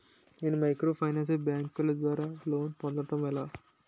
నేను మైక్రోఫైనాన్స్ బ్యాంకుల ద్వారా లోన్ పొందడం ఎలా?